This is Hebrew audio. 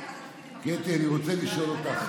אני רוצה לשאול אותך,